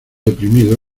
deprimido